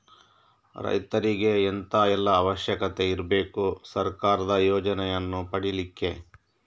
ರೈತರಿಗೆ ಎಂತ ಎಲ್ಲಾ ಅವಶ್ಯಕತೆ ಇರ್ಬೇಕು ಸರ್ಕಾರದ ಯೋಜನೆಯನ್ನು ಪಡೆಲಿಕ್ಕೆ?